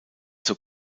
zur